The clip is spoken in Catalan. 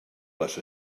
les